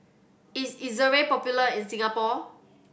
is Ezerra popular in Singapore